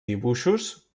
dibuixos